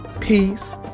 peace